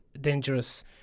dangerous